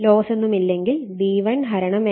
ലോസൊന്നുമില്ലെങ്കിൽ V1 N1 V2 N2 എന്ന് എഴുതാം